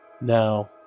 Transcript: now